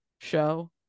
show